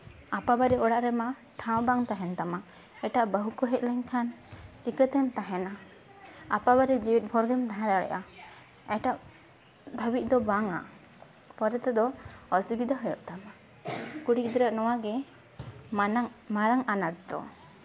ᱟᱯᱟ ᱵᱟᱨᱮ ᱚᱲᱟᱜ ᱨᱮᱢᱟ ᱴᱷᱟᱶ ᱵᱟᱝ ᱛᱟᱦᱮᱱ ᱛᱟᱢᱟ ᱮᱴᱟᱜ ᱵᱟᱹᱦᱩ ᱠᱚ ᱦᱮᱡ ᱞᱮᱱᱠᱷᱟᱱ ᱪᱤᱠᱟᱹᱛᱮᱢ ᱛᱟᱦᱮᱱᱟ ᱟᱯᱟᱵᱟᱨᱮ ᱡᱮᱣᱭᱮᱫ ᱵᱷᱳᱨ ᱜᱮᱢ ᱛᱟᱦᱮᱸ ᱫᱟᱲᱮᱭᱟᱜᱼᱟ ᱮᱴᱟᱜ ᱫᱷᱟᱹᱵᱤᱡ ᱫᱚ ᱵᱟᱝᱟ ᱯᱚᱨᱮ ᱛᱮᱫᱚ ᱚᱥᱩᱵᱤᱫᱷᱟ ᱦᱩᱭᱩᱜ ᱛᱟᱢᱟ ᱠᱩᱲᱤ ᱜᱤᱫᱽᱨᱟᱹᱣᱟᱜ ᱱᱚᱣᱟᱜᱮ ᱢᱟᱱᱟᱝ ᱢᱟᱨᱟᱝ ᱟᱱᱟᱴ ᱫᱚ